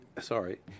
sorry